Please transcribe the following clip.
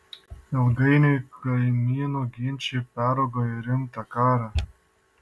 ilgainiui kaimynų ginčai peraugo į rimtą karą